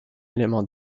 élément